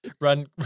Run